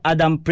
Adam